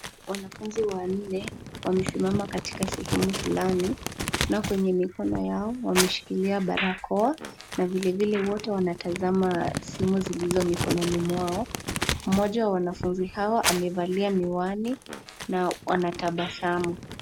Wanafunzi wanne wamesimama katika sehemu fulani na kwenye mikono yao wameshikilia barakoa na vilevile wote wanatazama simu zilizo mkononi mwao. Mmoja wa wanafunzi hawa amevalia miwani na wanatabasamu.